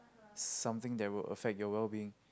something that will affect your well being